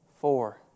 four